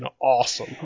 awesome